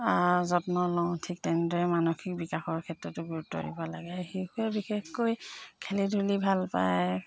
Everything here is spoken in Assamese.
যত্ন লওঁ ঠিক তেনেদৰে মানসিক বিকাশৰ ক্ষেত্ৰতো গুৰুত্ব দিব লাগে শিশুৱে বিশেষকৈ খেলি ধূলি ভাল পায়